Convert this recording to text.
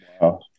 Wow